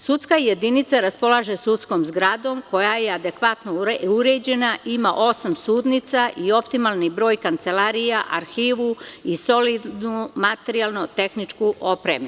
Sudska jedinica raspolaže sudskom zgradom koja je adekvatno uređena, ima osam sudnica i optimalni broj kancelarija, arhivu i solidnu materijalno-tehničku opremljenost.